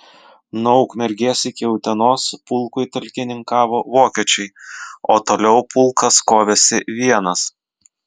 nuo ukmergės iki utenos pulkui talkininkavo vokiečiai o toliau pulkas kovėsi vienas